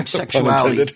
sexuality